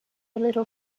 little